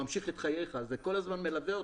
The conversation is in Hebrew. וממשיך את חייך, אלא זה כל הזמן מלווה אותך.